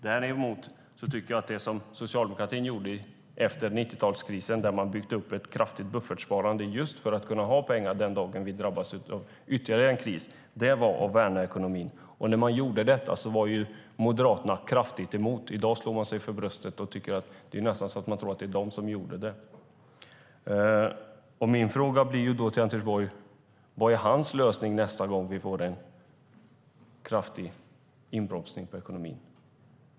Däremot tycker jag att det som socialdemokratin gjorde efter 90-talskrisen, då den byggde upp ett kraftigt buffertsparande just för att kunna ha pengar den dagen vi drabbas av ytterligare en kris, var att värna ekonomin. När man gjorde detta var Moderaterna kraftigt emot, men i dag slår de sig för bröstet så att man nästan tror att det var de som gjorde det. Min fråga till Anders Borg blir: Vad är hans lösning nästa gång vi får en kraftig inbromsning av ekonomin?